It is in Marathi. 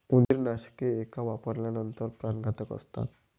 उंदीरनाशके एका वापरानंतर प्राणघातक असतात